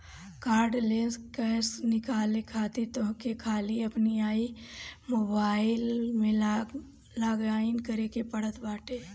cardless cash निकाले खातिर तोहके खाली अपनी आई मोबाइलम में लॉगइन करे के पड़त बाटे